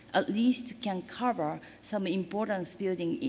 at least can cover some importance building.